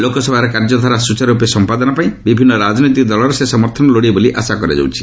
ଲୋକସଭାରେ କାର୍ଯ୍ୟଧାରା ସୁଚାରୁରୂପେ ସଂପାଦନା ପାଇଁ ବିଭିନ୍ନ ରାଜନୈତିକ ଦଳର ସେ ସମର୍ଥନ ଲୋଡ଼ିବେ ବୋଲି ଆଶା କରାଯାଉଛି